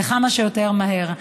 וכמה שיותר מהר.